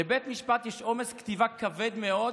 לבית המשפט יש עומס כתיבה כבד מאוד,